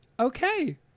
Okay